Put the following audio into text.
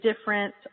different